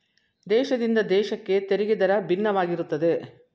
ದೇಶದಿಂದ ದೇಶಕ್ಕೆ ತೆರಿಗೆ ದರ ಭಿನ್ನವಾಗಿರುತ್ತದೆ